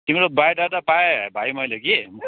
तिम्रो बायोडाटा पाएँ भाइ मैले कि